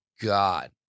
God